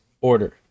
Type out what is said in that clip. order